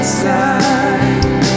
side